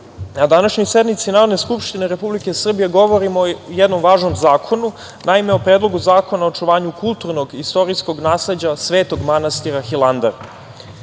na današnjoj sednici Narodne skupštine Republike Srbije govorimo o jednom važnom zakonu. Naime, o Predlogu zakona o očuvanju kulturnog i istorijskog nasleđa Svetog manastira Hilandar. Sveti